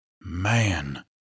Man